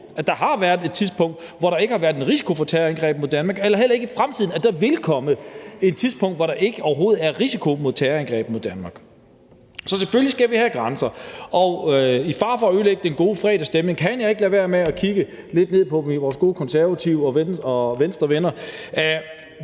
at der har været et tidspunkt, hvor der ikke har været en risiko for terrorangreb mod Danmark, og heller ikke forestille mig, at der i fremtiden vil komme et tidspunkt, hvor der overhovedet ikke er risiko for terrorangreb mod Danmark. Så selvfølgelig skal vi have grænsekontrol. Med fare for at ødelægge den gode fredagsstemning kan jeg ikke lade være med at kigge lidt ned på vores gode konservative venner og Venstrevenner.